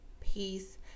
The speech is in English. peace